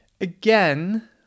again